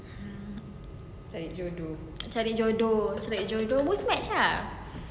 um cari jodoh cari jodoh who is next